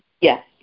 Yes